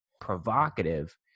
provocative